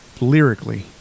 lyrically